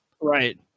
Right